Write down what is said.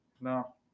No